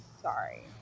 sorry